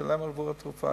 ולשלם עבור תרופה.